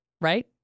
right